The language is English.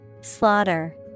Slaughter